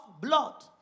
Blood